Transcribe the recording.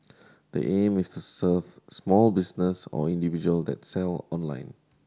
the aim is to serve small business or individual that sell online